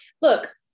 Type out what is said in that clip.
Look